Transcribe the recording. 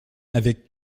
avec